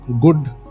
good